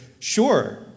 Sure